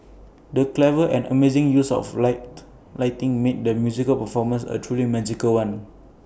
the clever and amazing use of lighting made the musical performance A truly magical one